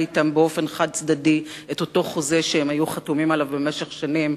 באופן חד-צדדי את אותו חוזה שהם חתומים עליו במשך שנים,